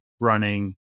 running